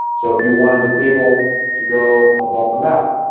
so if you wanted the table to go above the map,